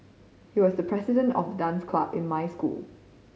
he was the president of the dance club in my school